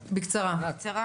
בקצרה.